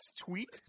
tweet